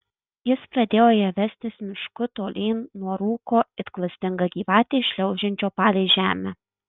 jis pradėjo ją vestis mišku tolyn nuo rūko it klastinga gyvatė šliaužiančio palei žemę